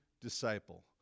Disciple